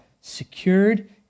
secured